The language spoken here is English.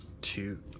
Two